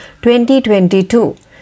2022